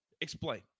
Explain